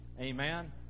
Amen